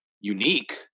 unique